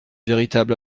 véritable